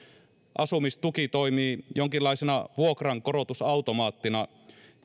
asumistuki toimii jonkinlaisena vuokrankorotusautomaattina